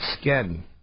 skin